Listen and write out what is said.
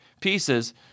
pieces